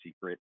secret